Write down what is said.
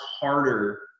harder